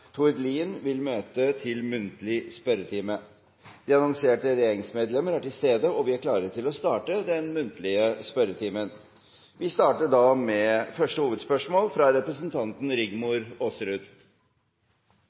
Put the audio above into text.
Tord Lien vil møte til muntlig spørretime. De annonserte regjeringsmedlemmer er til stede, og vi er klare til å starte den muntlige spørretimen. Første hovedspørsmål er fra representanten